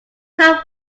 grab